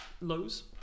Lows